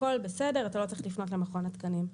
הכול בסדר, אתה לא צריך לפנות למכון התקנים.